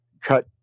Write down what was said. cut